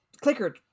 clicker